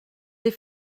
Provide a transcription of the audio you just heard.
des